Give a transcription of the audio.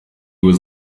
was